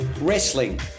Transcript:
Wrestling